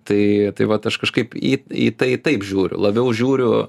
tai tai vat aš kažkaip į į tai taip žiūriu labiau žiūriu